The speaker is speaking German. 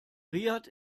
riad